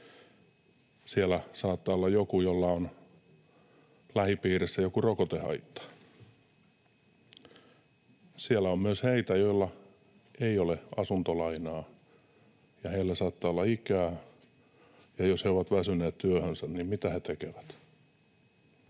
Siellä saattaa olla joku, jolla on lähipiirissään joku rokotehaitta. Siellä on myös heitä, joilla ei ole asuntolainaa, ja heillä saattaa olla ikää, ja jos he ovat väsyneet työhönsä, niin mitä he tekevät?